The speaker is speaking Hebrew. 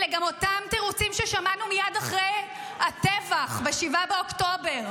אלה גם אותם תירוצים ששמענו מייד אחרי הטבח ב-7 באוקטובר,